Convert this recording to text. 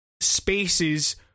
spaces